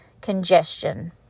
congestion